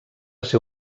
ser